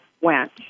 went